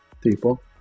people